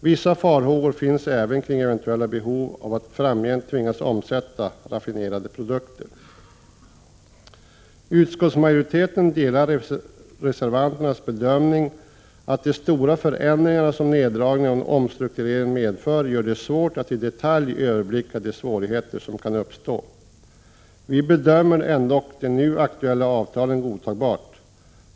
Vissa farhågor finns även kring eventuella behov av att framgent tvingas omsätta raffinerade produkter. Utskottsmajoriteten delar reservanternas bedömning att de stora förändringarna som neddragningen och omstruktureringen medför gör det svårt att i detalj överblicka de svårigheter som kan uppstå. Vi bedömer ändock det nu aktuella avtalet som godtagbart.